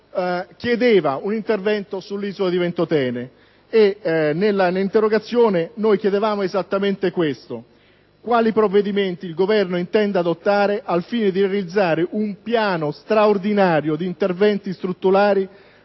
chiedeva un intervento sull'isola di Ventotene. Nell'interrogazione chiedevamo esattamente questo: «quali provvedimenti il Governo intenda adottare al fine di realizzare un piano straordinario di interventi strutturali